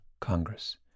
Congress